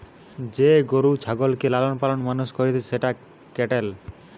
যে গরু ছাগলকে লালন পালন মানুষ করতিছে সেটা ক্যাটেল